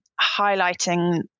highlighting